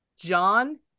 John